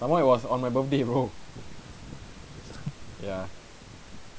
some more it was on my birthday bro ya